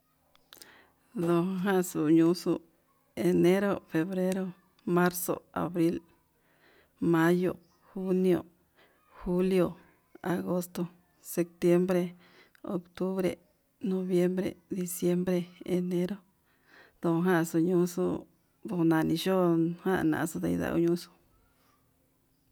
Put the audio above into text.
Nojaxu ñuxuu enero, febrero, marzo, abril, mayo, junio, julio, agosto, septiembre, octubre, noviembre, diciembre, enero, ndojaxuu ñuxuu ndojani yo'o nani yuxu.